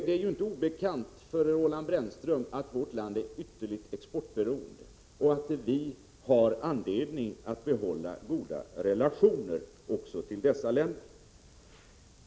Det är ju inte obekant för Roland Brännström att vårt land är ytterligt exportberoende och att vi har anledning att behålla goda relationer också till dessa länder.